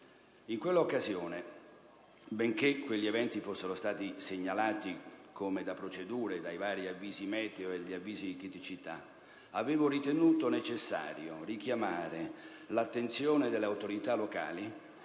In quell'occasione, benché quegli eventi fossero stato segnalati come da procedure dai vari avvisi meteo e di criticità, avevo ritenuto necessario richiamare l'attenzione delle autorità locali